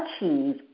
achieve